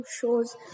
shows